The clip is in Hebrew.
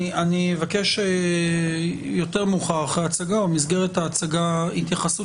אבקש יותר מאוחר אחרי ההצגה או במסגרת ההצגה התייחסות